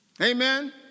Amen